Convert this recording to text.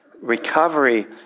recovery